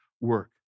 work